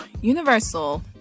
Universal